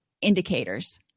indicators